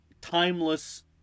timeless